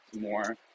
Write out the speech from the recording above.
more